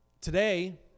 Today